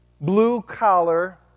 blue-collar